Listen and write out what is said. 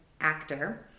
actor